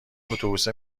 اتوبوسه